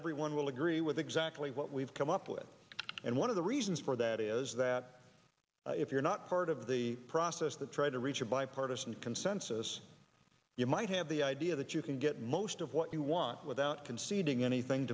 everyone will agree with exactly what we've come up with and one of the reasons for that is that if you're not part of the process to try to reach a bipartisan consensus you might have the idea that you can get most of what you want without conceding anything